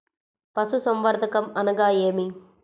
పశుసంవర్ధకం అనగా ఏమి?